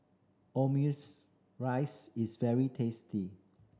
omurice is very tasty